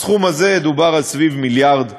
הסכום הזה, דובר על סביב מיליארד שקלים.